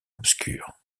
obscur